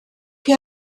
chi